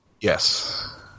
Yes